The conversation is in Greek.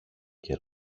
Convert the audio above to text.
και